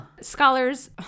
Scholars